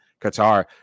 Qatar